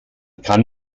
kann